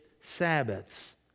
Sabbaths